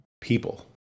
people